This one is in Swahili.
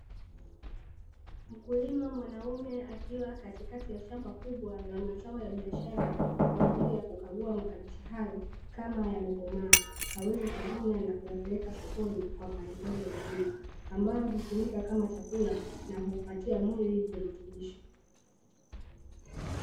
Mkulima mwanaume akiwa katikati ya shamba kubwa la mazao ya biashara, kwa ajili ya kukagua makabichi hayo kama yamekomaa, aweze kuvuna na kuyapeleka sokoni kwa mahitaji ya jamii, ambayo hutumika kama chakula na huupatia mwili virutubisho.